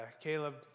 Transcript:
Caleb